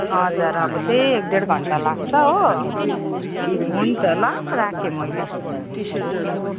हजुर अब त्यही एक डेढ घन्टा लाग्छ हो हुन्छ ल राखेँ मैले अँ